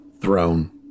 throne